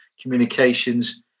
communications